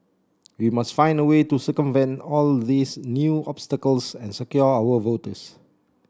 we must find a way to circumvent all these new obstacles and secure our votes